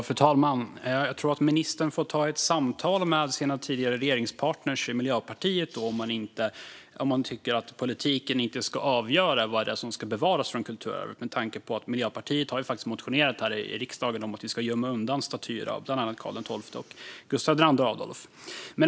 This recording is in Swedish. Fru talman! Jag tror att ministern får ta ett samtal med sina tidigare regeringspartner i Miljöpartiet, om hon tycker att politiken inte ska avgöra vad som bevaras från kulturarvet, med tanke på Miljöpartiet faktiskt har motionerat här i riksdagen om att vi ska gömma undan statyer av bland andra Karl XII och Gustav II Adolf.